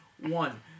One